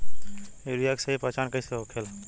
Urea के सही पहचान कईसे होखेला?